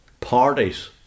parties